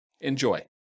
Enjoy